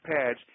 pads